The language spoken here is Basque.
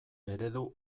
eredu